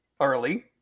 early